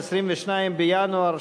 22 בינואר,